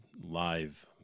live